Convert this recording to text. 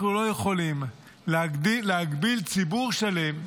אנחנו לא יכולים להגביל ציבור שלם,